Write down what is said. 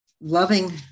loving